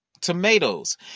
tomatoes